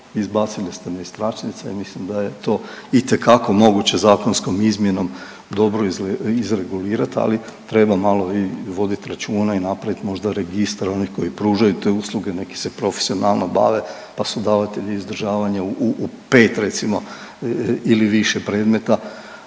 izbacili ste me iz tračnica i mislim da je to itekako moguće zakonskom izmjenom dobro izregulirati, ali treba malo i voditi računa i napravit možda registar onih koji pružaju te usluge, neki se profesionalno bave pa su davatelji izdržavanja u pet recimo ili više predmeta.